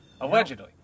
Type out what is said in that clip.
allegedly